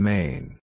Main